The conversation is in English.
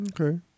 Okay